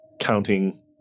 counting